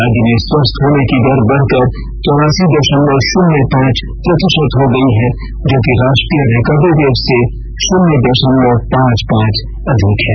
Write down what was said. राज्य में स्वस्थ होने की दर बढ़कर चौरासी दशमलव शून्य पांच प्रतिशत हो गई है जो कि राष्ट्रीय रिकवरी रेट से शून्य दशमलव पांच पांच अधिक है